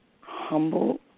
humble